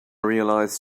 realized